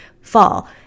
fall